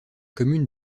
commune